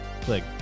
Click